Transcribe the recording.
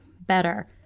better